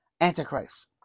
Antichrist